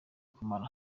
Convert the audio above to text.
kumara